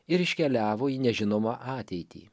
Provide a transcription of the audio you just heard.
ir iškeliavo į nežinomą ateitį